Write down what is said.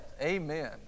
Amen